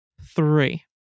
three